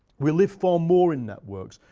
we live far more in networks.